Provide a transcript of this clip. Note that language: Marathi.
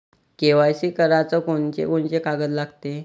के.वाय.सी कराच कोनचे कोनचे कागद लागते?